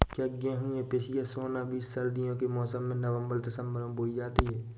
क्या गेहूँ या पिसिया सोना बीज सर्दियों के मौसम में नवम्बर दिसम्बर में बोई जाती है?